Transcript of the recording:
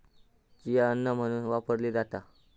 chia अन्न म्हणून वापरली जाता